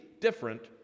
Different